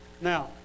now